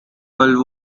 world